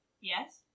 Yes